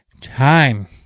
time